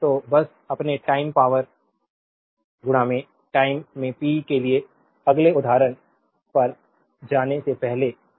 तो बस अपने टाइम पावर टाइम में पी के लिए अगले उदाहरण एक पर जाने से पहले एक